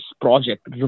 project